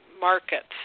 markets